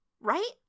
Right